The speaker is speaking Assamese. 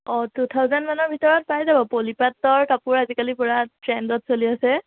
অঁ টু থাউজেণ্ড মানৰ ভিতৰত পাই যাব পলি পাটৰ কাপোৰ আজিকালি পুৰা ট্ৰেণ্ডত চলি আছে